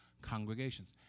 congregations